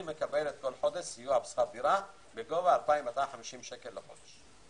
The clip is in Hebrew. היא מקבלת כל חודש סיוע בשכר דירה בגובה 2,250 שקל בחודש.